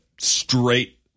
straight